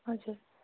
हजुर